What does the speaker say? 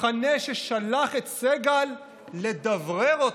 מחנה ששלח את סגל לדברר אותו.